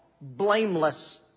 blameless